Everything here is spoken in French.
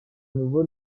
nouveau